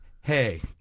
hey